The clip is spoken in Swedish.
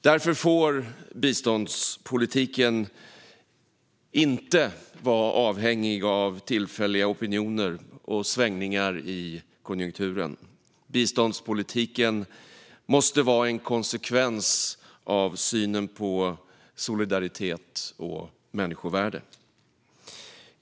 Därför får biståndspolitiken inte vara avhängig tillfälliga opinioner eller svängningar i konjunkturen. Biståndspolitiken måste vara en konsekvens av synen på solidaritet och människovärde.